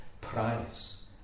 price